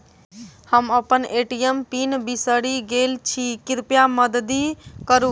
हम अप्पन ATM pin बिसरि गेल छी कृपया मददि करू